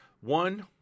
One